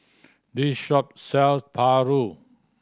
this shop sells paru